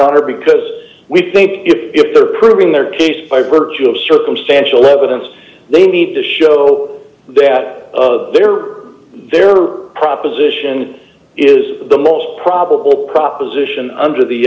honor because we think if they're proving their case by virtue of circumstantial evidence they need to show d that they are proposition is the most probable proposition under the